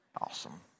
Awesome